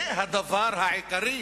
זה הדבר העיקרי,